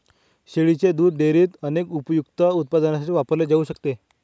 शेळीच्या दुध डेअरीत अनेक उपयुक्त उत्पादनांसाठी वापरले जाऊ शकते